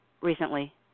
recently